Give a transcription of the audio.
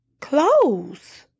clothes